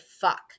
fuck